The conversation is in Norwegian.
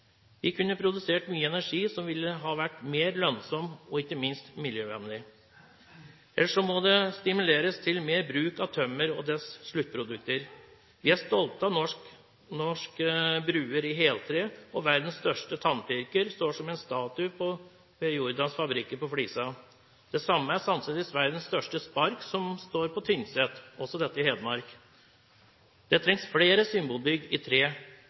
Vi kunne produsert mye energi som ville ha vært mer lønnsom og ikke minst miljøvennlig. Ellers må det stimuleres til mer bruk av tømmer og dets sluttprodukter. Vi er stolte av norske broer i heltre. Verdens største tannpirker står som en statue ved Jordans fabrikker på Flisa. Det samme gjør sannsynligvis verdens største spark som står på Tynset, også dette i Hedmark. Det trengs flere symbolbygg i tre,